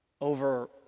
over